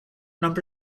number